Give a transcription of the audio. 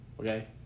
okay